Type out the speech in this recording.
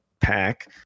pack